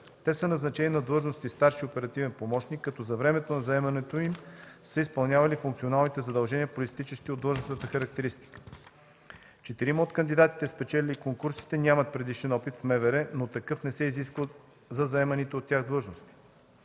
Те са назначени на длъжности „старши оперативен помощник”, за времето на заемането им са изпълнявали функционалните задължения, произтичащи от длъжностната характеристика. Четирима от кандидатите, спечелили конкурсите, нямат предишен опит в МВР, но такъв не се изисква за заеманите от тях длъжности.